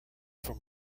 from